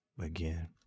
again